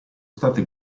state